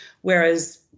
whereas